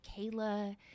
Kayla